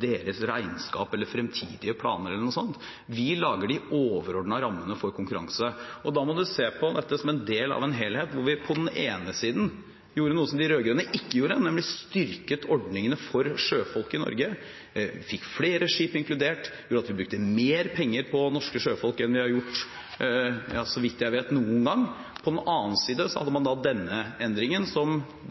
deres regnskap, fremtidige planer eller noe slikt. Vi lager de overordnede rammene for konkurranse, og da må man se på dette som en del av en helhet. På den ene siden gjorde vi noe som de rød-grønne ikke gjorde, nemlig at vi styrket ordningene for sjøfolk i Norge, fikk flere skip inkludert, brukte mer penger på norske sjøfolk enn vi – så vidt jeg vet – har gjort noen gang. På den annen side hadde man denne endringen,